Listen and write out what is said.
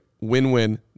Win-win